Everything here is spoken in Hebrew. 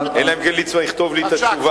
אלא אם כן ליצמן גם יכתוב לי את התשובה.